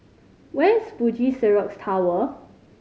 where is Fuji Xerox Tower